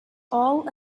all